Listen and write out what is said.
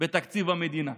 בתקציב המדינה,